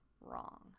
wrong